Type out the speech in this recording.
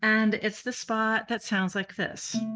and it's the spot that sounds like this.